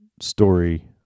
story